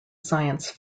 science